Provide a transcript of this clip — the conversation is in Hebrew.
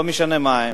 לא משנה מה הן,